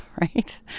right